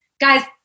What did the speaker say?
guys